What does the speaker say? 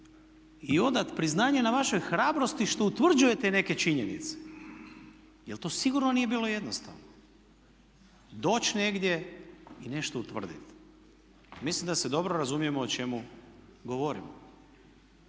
i odati priznanje na vašoj hrabrosti što utvrđujete neke činjenice. Jel to sigurno nije bilo jednostavno, doći negdje i nešto utvrditi. Mislim da se dobro razumijemo o čemu govorimo.